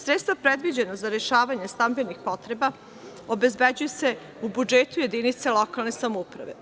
Sredstva predviđena za rešavanje stambenih potreba obezbeđuju se u budžetu jedinica lokalne samouprave.